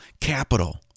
capital